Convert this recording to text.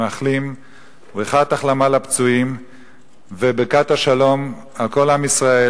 מאחלים ברכת החלמה לפצועים וברכת השלום על כל עם ישראל,